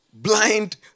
Blind